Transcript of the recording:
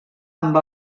amb